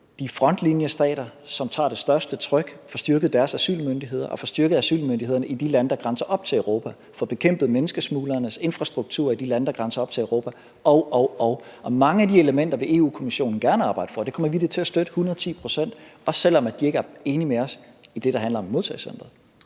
de frontlinjestater, som tager det største tryk, og få styrket deres asylmyndigheder og få styrket asylmyndighederne i de lande, der grænser op til Europa, at få bekæmpet menneskesmuglernes infrastruktur i de lande, der grænser op til Europa osv. osv. Og mange af de elementer vil Europa-Kommissionen gerne arbejde for. Det kommer vi da til at støtte 110 pct., også selv om de ikke er enige med os i det, der handler om modtagecenteret.